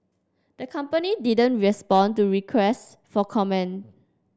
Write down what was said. the company didn't respond to requests for comment